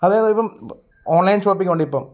അത് ഇപ്പം online shopping ഇപ്പം